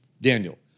Daniel